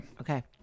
Okay